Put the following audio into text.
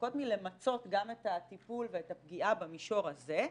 רחוקות מלמצות גם את הטיפול ואת הפגיעה במישור הזה.